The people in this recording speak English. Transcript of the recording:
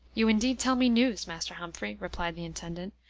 you indeed tell me news, master humphrey, replied the intendant.